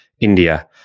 India